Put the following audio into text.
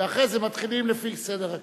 ואחרי זה מתחילים לפי סדר הכניסה.